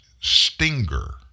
Stinger